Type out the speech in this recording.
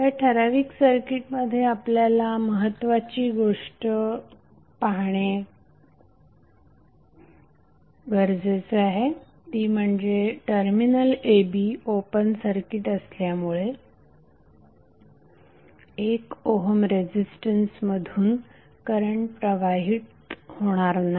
या ठराविक सर्किटमध्ये आपल्याला महत्त्वाची गोष्ट पाहणे गरजेचे आहे ती म्हणजे terminal a b open circuit असल्यामुळे 1 ओहम रेझिस्टन्स मधून करंट प्रवाहित होणार नाही